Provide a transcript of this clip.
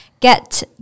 Get